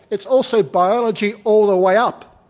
it's also biology all the way up.